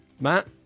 matt